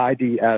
IDS